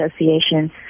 Association